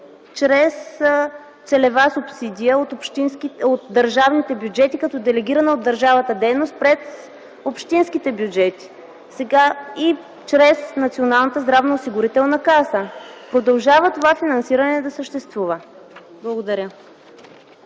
чрез целева субсидия от държавните бюджети като делегирана от държавата дейност през общинските бюджети и през Националната здравноосигурителна каса. Това финансиране продължава да